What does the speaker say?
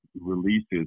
releases